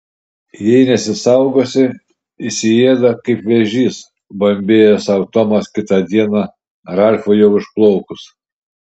jei nesisaugosi įsiėda kaip vėžys bambėjo sau tomas kitą dieną ralfui jau išplaukus